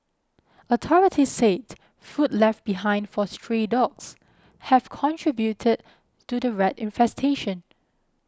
authorities said food left behind for stray dogs have contributed to the rat infestation